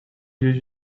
you